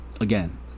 Again